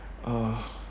uh